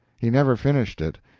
he never finished it.